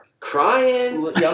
Crying